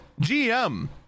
GM